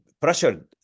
pressured